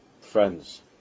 friends